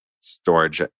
storage